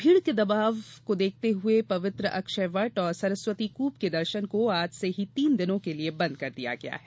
भीड के भारी दबाव को देखते हुए पवित्र अक्षयवट और सरस्वती कृप के दर्शन को आज से ही तीन दिनों के लिए बंद कर दिया गया है